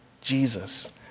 Jesus